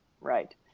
Right